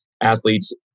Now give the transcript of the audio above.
athletes